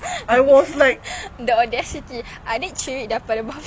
the audacity adik curi daripada bapa